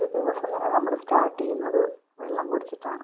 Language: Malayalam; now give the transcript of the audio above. ഒരു ദിവസം തന്നെ നമ്മള് സ്റ്റാർട്ട് ചെയ്യുന്നത് വെള്ളം കുടിച്ചിട്ടാണ്